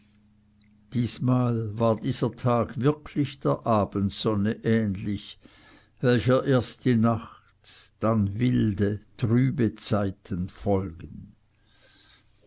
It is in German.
diesmal war dieser tag wirklich der abendsonne ähnlich welcher erst die nacht dann wilde trübe zeiten folgen